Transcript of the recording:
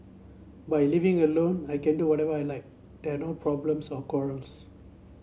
by living alone I can do whatever I like they are no problems or quarrels